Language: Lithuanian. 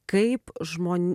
kaip žmon